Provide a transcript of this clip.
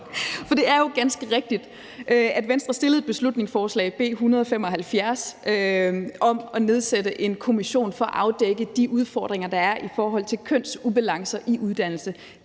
For det er jo ganske rigtigt, at Venstre fremsatte et beslutningsforslag, B 175, om at nedsætte en kommission for at afdække de udfordringer, der er i forhold til kønsubalancer i uddannelse.